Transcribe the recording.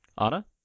Anna